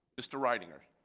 mr. reitinger?